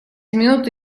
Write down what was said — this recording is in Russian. минуту